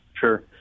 Sure